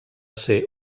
ser